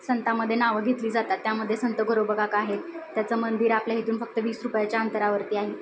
संतामध्ये नावं घेतली जात त्यामध्ये संत गोरोबा काका आहेत त्याचं मंदिर आपल्या इथून फक्त वीस रुपयाच्या अंतरावरती आहे